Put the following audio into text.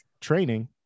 training